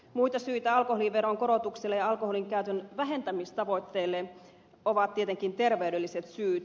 muita syitä alkoholiveron korotukselle ja alkoholinkäytön vähentämistavoitteelle ovat tietenkin terveydelliset syyt